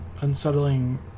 unsettling